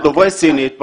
לדוברי סינית,